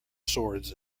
swords